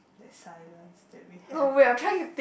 the silence that we have